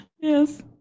yes